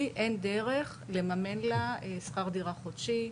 לי אין דרך לממן לה שכר דירה חודשי,